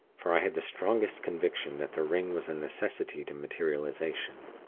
for i had the strongest conviction that the ring was a necessity to materialization.